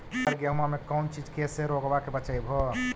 अबर गेहुमा मे कौन चीज के से रोग्बा के बचयभो?